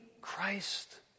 Christ